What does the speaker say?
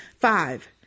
Five